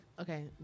okay